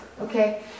Okay